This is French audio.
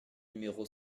numéro